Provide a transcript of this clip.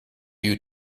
you